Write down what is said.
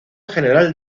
general